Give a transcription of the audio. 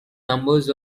numbers